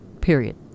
period